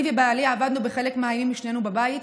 אני ובעלי עבדנו בחלק מהימים שנינו בבית,